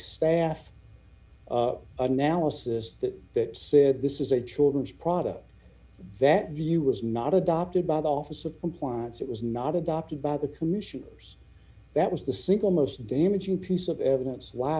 staff analysis that said this is a children's product that view was not adopted by the office of compliance it was not adopted by the commissioners that was the single most damaging piece of evidence wh